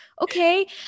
Okay